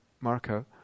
Marco